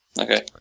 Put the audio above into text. Okay